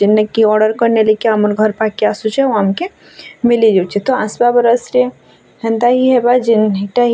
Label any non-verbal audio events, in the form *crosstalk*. *unintelligible* order କରିନେଲେ କି ଆମର୍ ଘର୍ ପାଖ୍କେ ଆସୁଛେ ଆଉ ଆମ୍କେ ମିଲି ଯଉଛେ ତ ଆସ୍ବା ବରଷ୍ରେ ହେନ୍ତା ହିଁ ହେବା ଯେନ୍ ହେଟା ହି